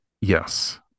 Yes